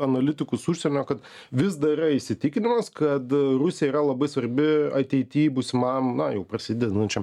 analitikus užsienio kad vis dar yra įsitikinimas kad rusija yra labai svarbi ateity busimam na jau prasidedančiam